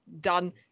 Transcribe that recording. Done